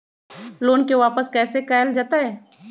Loan के वापस कैसे कैल जतय?